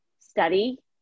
study